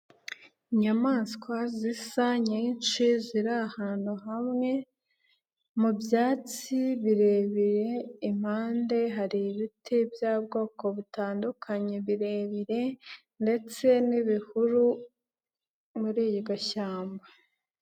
Inyamaswa zisa nyinshi ziri ahantu hamwe mu byatsi birebire, impande hari ibiti by'ubwoko butandukanye birebire ndetse n'ibihuru muri iryo shyamba.